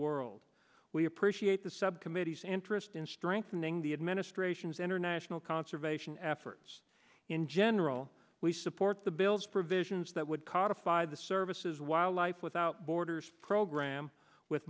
world we appreciate the subcommittee's interest in strengthening the administration's international conservation efforts in general we support the bills provisions that would cause a fire the services wildlife without borders program with